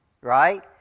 right